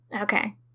Okay